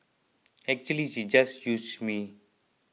actually she just used me